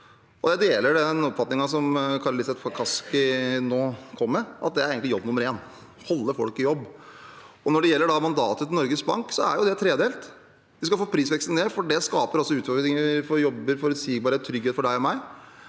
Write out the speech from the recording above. Jeg deler den oppfatningen som Kari Elisabeth Kaski nå kom med, at det å holde folk i jobb egentlig er jobb nummer én. Når det gjelder mandatet til Norges Bank, så er det tredelt: De skal få prisveksten ned, for den skaper altså utfordringer for jobber, forutsigbarhet og trygghet for deg og meg,